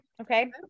Okay